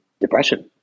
depression